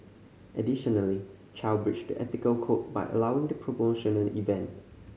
additionally Chow breached the ethical code by allowing the promotional event